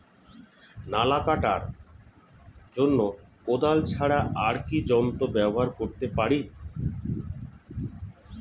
নালা কাটার জন্য কোদাল ছাড়া আর কি যন্ত্র ব্যবহার করতে পারি?